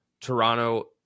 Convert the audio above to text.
Toronto